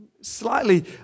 Slightly